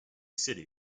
city